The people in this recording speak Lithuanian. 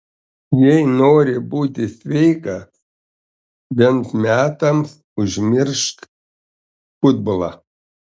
jei nori būti sveikas bent metams užmiršk futbolą